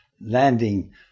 landing